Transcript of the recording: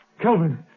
Kelvin